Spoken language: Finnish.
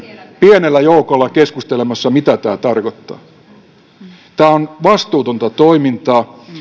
pienellä joukolla keskustelemassa siitä mitä tämä tarkoittaa tämä on vastuutonta toimintaa